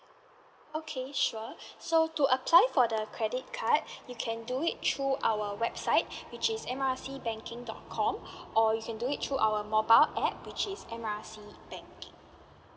okay sure so to apply for the credit card you can do it through our website which is M R C banking dot com or you can do it through our mobile app which is M R C banking